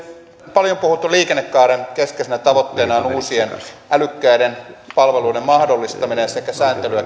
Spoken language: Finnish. paljon puhutun liikennekaaren keskeisenä tavoitteena on uusien älykkäiden palveluiden mahdollistaminen sekä sääntelyä